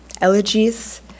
elegies